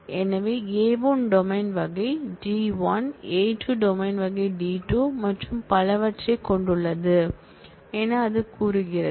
எனவே A1 domain வகை D1 A2 domain வகை D2 மற்றும் பலவற்றைக் கொண்டுள்ளது என்று அது கூறுகிறது